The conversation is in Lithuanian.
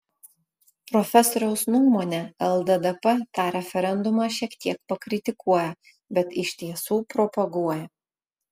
profesoriaus nuomone lddp tą referendumą šiek tiek pakritikuoja bet iš tiesų propaguoja